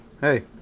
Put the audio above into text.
hey